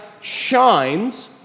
shines